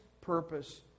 purpose